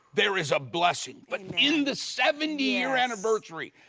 there is a blessing, but in the seventy year anniversary,